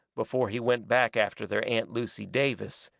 before he went back after their aunt lucy davis,